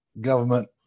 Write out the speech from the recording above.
government